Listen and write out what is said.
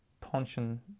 punching